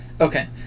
okay